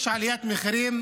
יש עליית מחירים